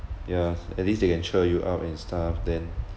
ya at least they can cheer you up and stuff then